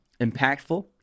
impactful